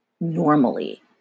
normally